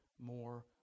more